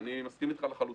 אני מסכים איתך לחלוטין.